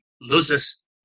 loses